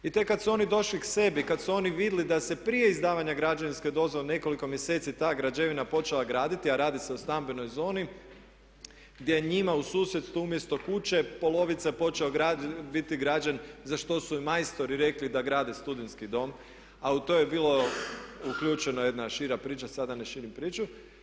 I tek kada su oni došli k sebi, kada su oni vidjeli da se prije izdavanja građevinske dozvole nekoliko mjeseci ta građevina počela graditi a radi se o stambenoj zoni gdje njima u susjedstvu umjesto kuće polovica biti građen za što su ima majstori rekli da grade studentski dom a u to je bila uključena jedna šira priča, sad da ne širim priču.